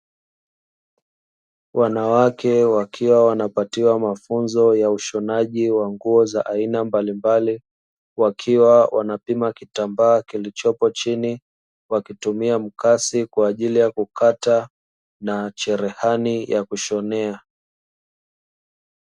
Wanawake wakiwa wanapatiwa mafunzo ya ushonaji wa nguo za aina mbalimbali wakiwa wanapima kitambaa kilichopo chini wakitumia mkasi kwa ajili ya kukata na cherehani ya kushonea